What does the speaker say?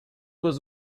was